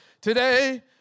Today